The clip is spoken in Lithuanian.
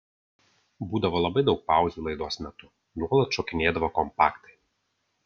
būdavo labai daug pauzių laidos metu nuolat šokinėdavo kompaktai